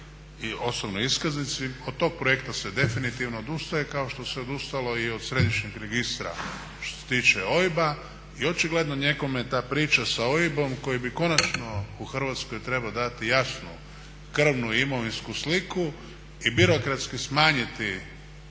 o osobnoj iskaznici, od toga projekta se definitivno odustaje kao što se odustalo i od središnjeg registra što se tiče OIB-a. I očigledno nekome ta priča sa OIB-om koji bi konačno u Hrvatskoj trebao dati jasnu krvnu i imovinsku sliku i birokratski smanjiti